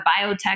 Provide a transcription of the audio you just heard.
biotech